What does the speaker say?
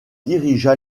dirigea